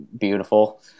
beautiful